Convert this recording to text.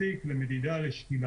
למדידה ולשקילה.